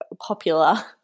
popular